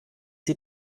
sie